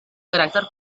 caràcter